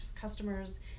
customers